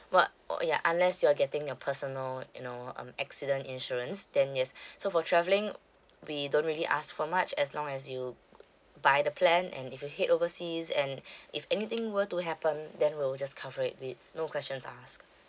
what uh yeah unless you're getting your personal you know um accident insurance then yes so for travelling we don't really ask for much as long as you buy the plan and if you head overseas and if anything were to happen then we'll just cover it with no questions asked